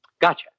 Gotcha